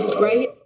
Right